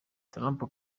trump